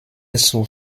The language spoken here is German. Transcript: zur